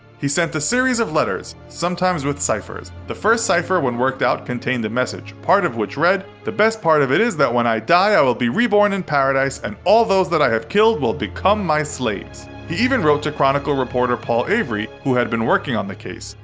he sent a series of letters, sometimes with ciphers. the first cipher when worked out contained a message, part of which read, the best part of it is that when i die i will be reborn in paradise and all those that i have killed will become my slaves. he even wrote to chronicle reporter paul avery who had been working on the case.